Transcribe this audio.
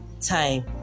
time